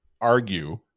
argue